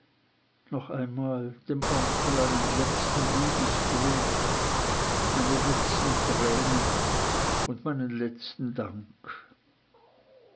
noch einmal dem onkel einen letzten liebesgruß meine letzten tränen und meinen letzten dank